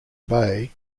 bay